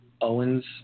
Owens